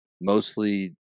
mostly